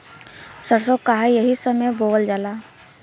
सरसो काहे एही समय बोवल जाला?